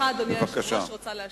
אני רוצה להשיב.